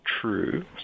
true